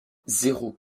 zéro